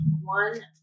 one